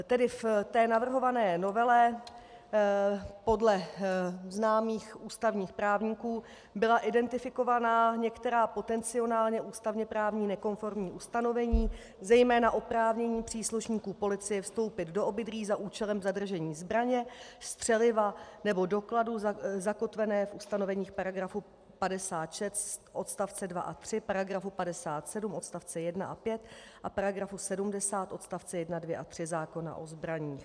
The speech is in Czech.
Tedy v té navrhované novele podle známých ústavních právníků byla identifikována některá potenciálně ústavněprávní nekonformní ustanovení, zejména oprávnění příslušníků policie vstoupit do obydlí za účelem zadržení zbraně, střeliva nebo dokladů zakotvené v ustanoveních § 56 odst. 2 a 3, § 57 odst. 1 a 5 a § 70 odst. 1, 2, a 3 zákona o zbraních.